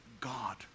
God